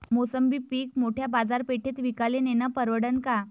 मोसंबी पीक मोठ्या बाजारपेठेत विकाले नेनं परवडन का?